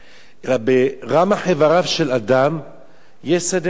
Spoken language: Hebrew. ברמ"ח איבריו של אדם יש סדר עדיפות.